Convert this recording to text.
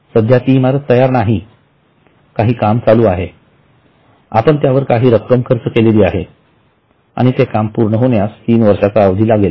सध्या ती इमारत तयार नाहीकाही काम चालू आहे आपण त्यावर काही रक्कम खर्च केली आहे आणि ते काम पूर्ण होण्यास तीन वर्षाचा अवधी लागेल